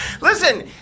Listen